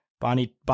Bonnie